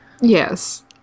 Yes